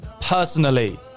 personally